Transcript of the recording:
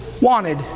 wanted